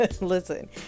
listen